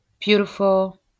beautiful